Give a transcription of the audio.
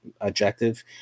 objective